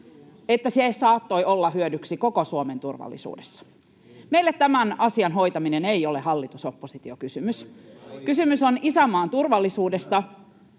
että se saattoi olla hyödyksi koko Suomen turvallisuudessa. Meille tämän asian hoitaminen ei ole hallitus—oppositio-kysymys. [Kokoomuksen ryhmästä: